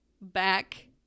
back